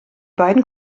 beiden